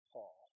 Paul